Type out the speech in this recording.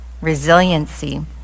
resiliency